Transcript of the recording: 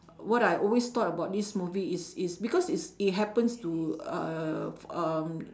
what I always thought about this movie is is because is it happens to uh f~ um